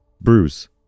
Bruce